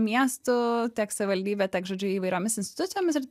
miestu savivaldybe tiek žodžiu įvairiomis institucijomis ir